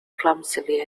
clumsily